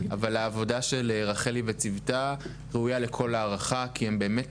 אבל העבודה של רחל והצוות שלה ראויה לכל הערכה כי הם באמת